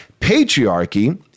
Patriarchy